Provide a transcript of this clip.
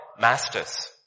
masters